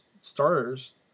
starters